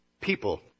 people